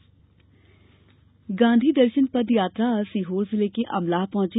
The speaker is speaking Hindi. गांधीदर्शन पदयात्रा गांधी दर्शन पद यात्रा आज सीहोर जिले के अमलाह पहुंची